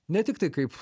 ne tiktai kaip